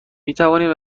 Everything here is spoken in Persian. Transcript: میتوانیم